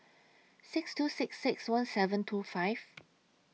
six two six six one seven two five